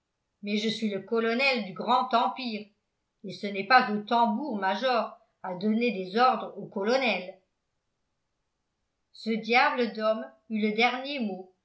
mais je suis le colonel du grand empire et ce n'est pas aux tambours majors à donner des ordres aux colonels ce diable d'homme eut le dernier mot